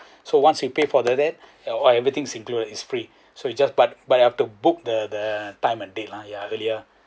so once you paid for other that all everything is included is free so you just but but you have to book the the time and date lah ya earlier